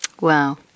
Wow